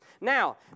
Now